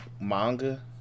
manga